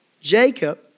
Jacob